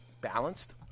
Balanced